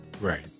right